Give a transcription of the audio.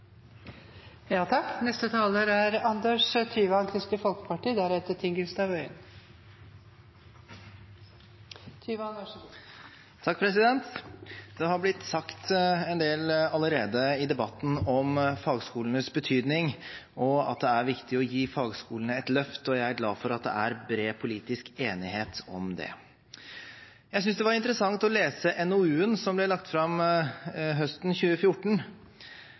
Det har blitt sagt en del allerede i debatten om fagskolenes betydning, og at det er viktig å gi fagskolene et løft. Jeg er glad for at det er bred politisk enighet om det. Jeg synes det var interessant å lese NOU-en som ble lagt fram høsten 2014,